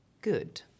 Good